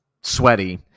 sweaty